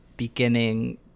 beginning